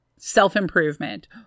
self-improvement